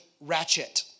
ratchet